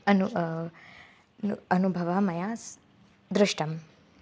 अनु नु अनुभवः मया स् दृष्टः